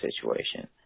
situation